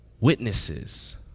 witnesses